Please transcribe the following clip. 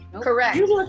Correct